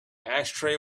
ashtray